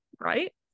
Right